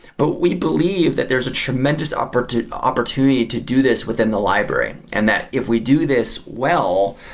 but we believe that there is a tremendous opportunity opportunity to do this within the library, and that if we do this well,